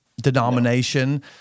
denomination